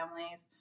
families